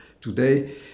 today